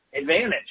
advantage